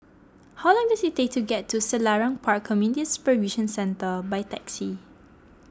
how long does it take to get to Selarang Park Community Supervision Centre by taxi